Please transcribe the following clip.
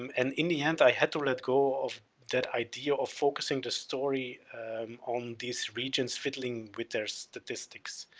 um and in the end i had to let go of that idea of focusing the story on these regions fiddling with their statistics.